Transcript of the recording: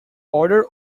order